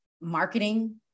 marketing